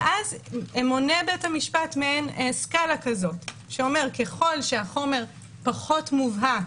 ואז מונה בית המשפט מעין סקלה כזאת שאומרת שככל שהחומר פחות מובהק,